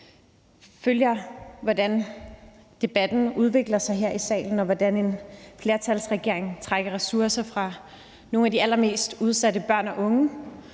følger, hvordan debatten udvikler sig her i salen, og hvordan en flertalsregering trækker ressourcer fra nogle af de allermest udsatte børn og unge,